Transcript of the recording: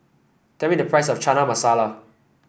tell me the price of Chana Masala